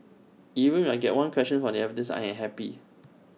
even if I get one question from the advertisements I am happy